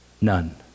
None